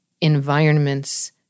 environments